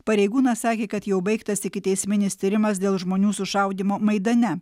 pareigūnas sakė kad jau baigtas ikiteisminis tyrimas dėl žmonių sušaudymo maidane